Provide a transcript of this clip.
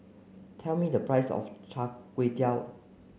tell me the price of Cha Kway Tow